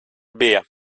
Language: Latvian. bija